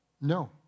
No